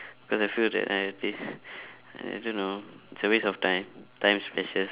cause I feel that not happy uh I don't know it's a waste of time time's precious